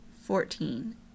Fourteen